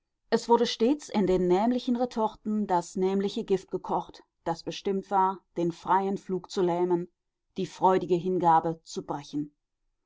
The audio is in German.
es wurde stets in den nämlichen retorten das nämliche gift gekocht das bestimmt war den freien flug zu lähmen die freudige hingabe zu brechen